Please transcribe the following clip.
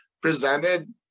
presented